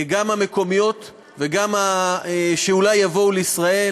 גם המקומיות וגם אלה שאולי יבואו לישראל.